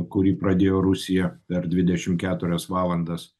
kurį pradėjo rusija per dvidešim keturias valandas